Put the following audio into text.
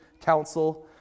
council